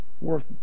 worth